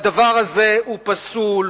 הדבר הזה הוא פסול,